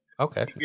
Okay